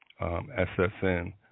SSN